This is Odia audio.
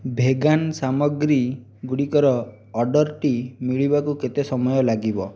ଭେଗାନ୍ ସାମଗ୍ରୀ ଗୁଡ଼ିକର ଅର୍ଡ଼ରଟି ମିଳିବାକୁ କେତେ ସମୟ ଲାଗିବ